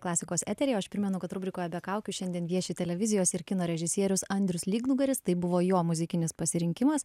klasikos eteryje o aš primenu kad rubrikoje be kaukių šiandien vieši televizijos ir kino režisierius andrius lygnugaris tai buvo jo muzikinis pasirinkimas